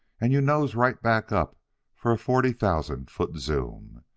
and you nose right back up for a forty-thousand foot zoom.